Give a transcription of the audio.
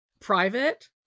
private